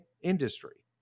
industry